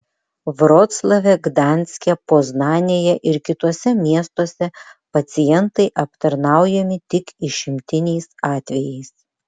vroclave gdanske poznanėje ir kituose miestuose pacientai aptarnaujami tik išimtiniais atvejais